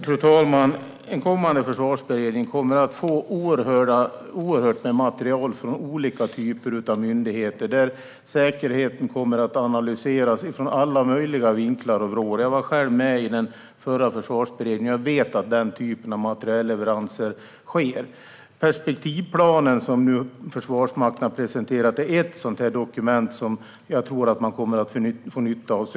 Fru talman! En kommande försvarsberedning kommer att få oerhört mycket material från olika myndigheter, där säkerheten kommer att analyseras ur alla möjliga vinklar och vrår. Jag var själv med i den förra försvarsberedningen; jag vet att den typen av materielleveranser sker. Perspektivplanen som Försvarsmakten nu har presenterat är ett sådant dokument som jag tror att man kommer att få nytta av.